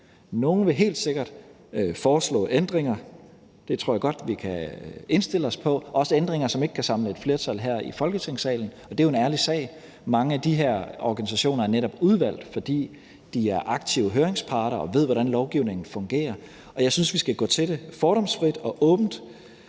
Nogle vil helt sikkert foreslå ændringer – det tror jeg godt vi kan indstille os på – også ændringer, som ikke kan samle et flertal her i Folketingssalen, og det er jo en ærlig sag. Mange af de her organisationer er netop udvalgt, fordi de er aktive høringsparter og ved, hvordan lovgivningen fungerer. Og jeg synes, vi skal gå til det fordomsfrit og åbent,